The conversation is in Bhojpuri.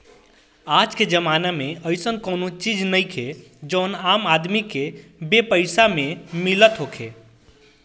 आजके जमाना में अइसन कवनो चीज नइखे जवन आम आदमी के बेपैसा में मिलत होखे